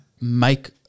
make